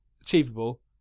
achievable